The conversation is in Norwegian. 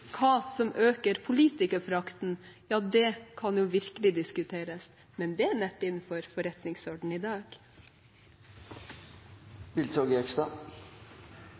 Hva som øker politikerforakten, kan virkelig diskuteres, men det er neppe innenfor forretningsordenen i dag.